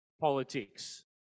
politics